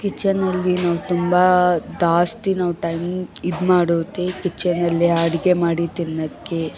ಕಿಚನಲ್ಲಿ ನಾವು ತುಂಬ ಜಾಸ್ತಿ ನಾನು ಟೈಮ್ ಇದ್ಮಾಡೋದೇ ಕಿಚನಲ್ಲಿ ಅಡಿಗೆ ಮಾಡಿ ತಿನ್ನೊಕ್ಕೆ